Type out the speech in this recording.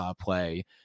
play